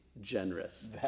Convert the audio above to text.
generous